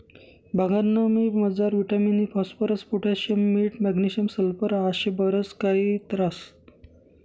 भांगना बी मजार विटामिन इ, फास्फरस, पोटॅशियम, मीठ, मॅग्नेशियम, सल्फर आशे बरच काही काही ह्रास